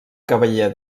cavaller